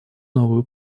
новую